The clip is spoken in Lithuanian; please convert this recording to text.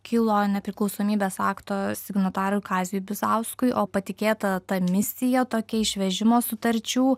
kilo nepriklausomybės akto signatarui kaziui bizauskui o patikėta ta misija tokia išvežimo sutarčių